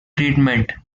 treatment